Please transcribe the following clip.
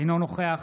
אינו נוכח